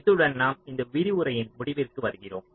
இத்துடன் நாம் இந்த விரிவுரையின் முடிவிற்கு வருகிறோம்